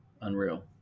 unreal